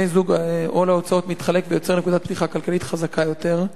עול ההוצאות מתחלק ויוצר נקודת פתיחה כלכלית חזקה יותר.